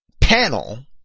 panel